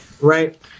Right